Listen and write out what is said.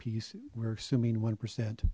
piece we're assuming one percent